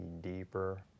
deeper